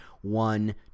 One